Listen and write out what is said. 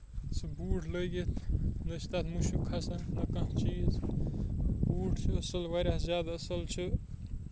سُہ بوٗٹ لٲگِتھ نہ چھُ تَتھ مُشُک کھسان نہ کانہہ چیٖز بوٗٹ چھُ اَصل واریاہ زیادٕ اَصٕل چھُ